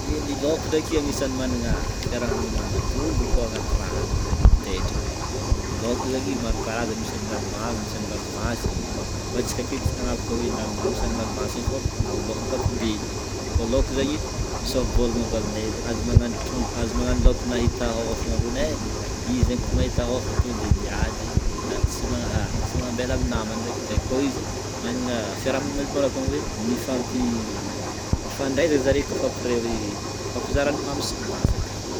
Ny laoko ndreky anisany managna fiarahamonina matobo ko agnaty rano akagny zareo mipetraka laoko zany maro karazana laoko andrano mamy na andranomasininy fa atsika aketo tsy nagnavaka hoe andrano mamy sa andrano masina fô amin'ny laoka an-kapobeny, fa laoko zegny misy ohabolagna avy amine zegny amine hoe aza magnano trondro- aza magnano laoko nahita hofagna hony e, izy zegny ko mahita hofagna tonga de miady ary tsy magnambela amin'ny namagny ndrekindreky fô izy managna fiarahamonina na, mifandre zany zareo après hoe mifampizara ny mamy sy ny masaka.